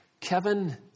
Kevin